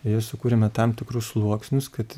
ir sukūrėme tam tikrus sluoksnius kad